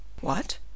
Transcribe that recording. What